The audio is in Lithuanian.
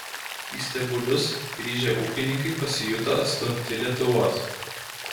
į stebulius grįžę ūkininkai pasijuto atstumti lietuvos